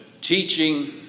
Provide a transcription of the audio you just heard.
teaching